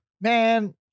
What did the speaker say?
Man